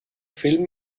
film